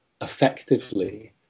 effectively